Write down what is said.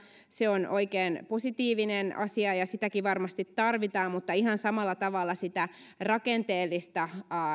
se on oikein positiivinen asia ja sitäkin varmasti tarvitaan mutta ihan samalla tavalla tarvitaan rakenteellista